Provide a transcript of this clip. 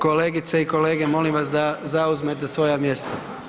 Kolegice i kolege, molim vas da zauzmete svoja mjesta.